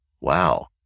Wow